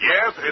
Yes